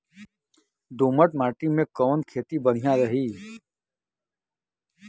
दोमट माटी में कवन खेती बढ़िया रही?